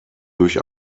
durch